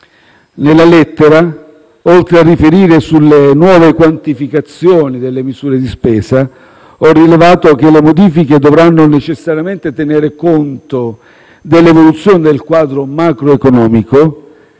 Nella lettera, oltre a riferire sulle nuove quantificazioni delle misure di spesa, ho rilevato che le modifiche dovranno necessariamente tenere conto dell'evoluzione del quadro macroeconomico,